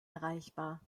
erreichbar